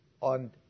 on